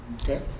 Okay